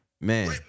man